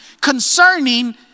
concerning